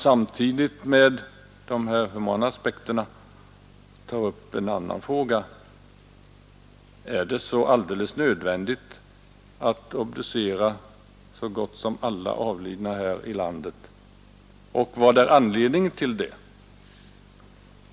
Samtidigt med de humana aspekterna kan man ta upp en annan fråga: Är det alldeles nödvändigt att obducera så gott som alla avlidna, och vad är anledningen till det?